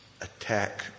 attack